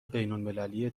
بینالمللی